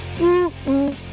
ooh-ooh